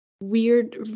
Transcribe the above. weird